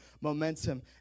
momentum